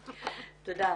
תודה.